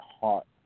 heart